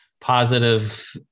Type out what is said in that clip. positive